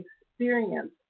experience